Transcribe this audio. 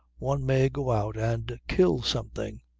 one may go out and kill something.